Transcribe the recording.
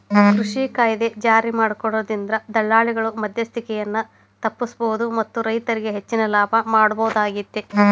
ಕೃಷಿ ಕಾಯ್ದೆ ಜಾರಿಮಾಡೋದ್ರಿಂದ ದಲ್ಲಾಳಿಗಳ ಮದ್ಯಸ್ತಿಕೆಯನ್ನ ತಪ್ಪಸಬೋದು ಮತ್ತ ರೈತರಿಗೆ ಹೆಚ್ಚಿನ ಲಾಭ ಮಾಡೋದಾಗೇತಿ